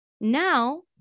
Now